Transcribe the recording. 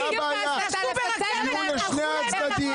--- תהיו אמיתיים לשני הצדדים